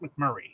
McMurray